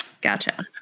Gotcha